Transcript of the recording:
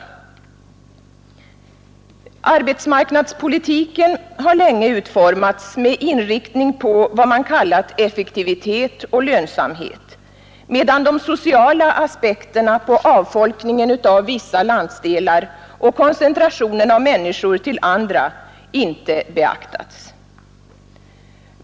Arbetsmarknadspolitiken har länge utformats med inriktning på vad man kallat effektivitet och lönsamhet, medan de sociala aspekterna på avfolkningen av vissa landsdelar och koncentrationen av människor till andra inte beaktats.